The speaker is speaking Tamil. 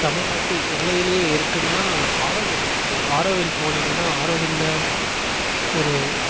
தமிழ்நாட்டு எல்லையிலே இருக்குதுன்னா ஆரோவில் இருக்குது ஆரோவில் போனீங்கன்னா ஆரோவலில் ஒரு